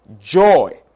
joy